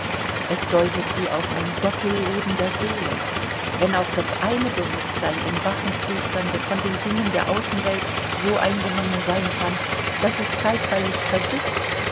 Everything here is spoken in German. es deutet wie auf ein doppelleben der seele wenn auch das eine bewußtsein im wachen zustande von den dingen der außenwelt so eingenommen sein kann daß es zeitweilig vergißt